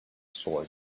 sword